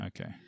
Okay